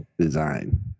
design